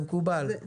זה מקובל,